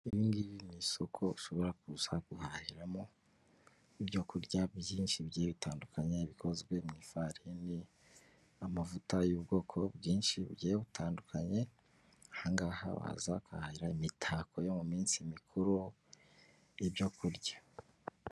Iri ngiri ni isoko ushobora kuza guhahiramo ibyo kurya byinshi bigiye bitandukanye bikozwe mu ifarini, amavuta y'ubwoko bwinshi bugiye butandukanye aha ngaha waza ukahahira imitako yo mu minsi mikuru n'ibyo kurya.